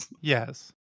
yes